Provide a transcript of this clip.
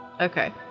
Okay